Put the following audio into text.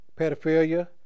pedophilia